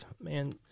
man